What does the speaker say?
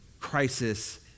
crisis